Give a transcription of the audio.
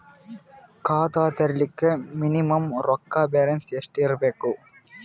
ಖಾತಾ ತೇರಿಲಿಕ ಮಿನಿಮಮ ರೊಕ್ಕ ಬ್ಯಾಲೆನ್ಸ್ ಎಷ್ಟ ಇರಬೇಕು?